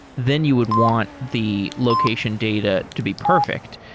then you would want the location data to be perfect.